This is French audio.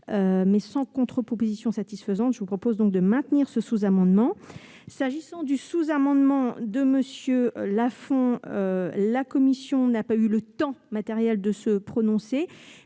d'une contre-proposition satisfaisante, je vous propose donc de maintenir ce sous-amendement. En ce qui concerne le sous-amendement de M. Lafon, la commission n'a pas eu le temps matériel de se prononcer,